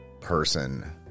person